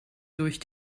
durch